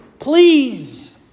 Please